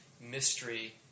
mystery